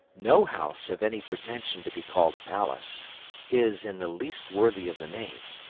no house of any pretension to be called a palace is in the least worthy of the name,